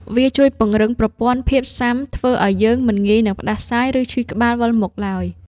វាជួយពង្រឹងប្រព័ន្ធភាពស៊ាំ ធ្វើឱ្យយើងមិនងាយនឹងផ្ដាសាយ ឬឈឺក្បាលវិលមុខឡើយ។